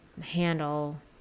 handle